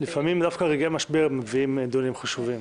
לפעמים דווקא רגעי משבר מביאים דיונים חשובים.